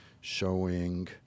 showing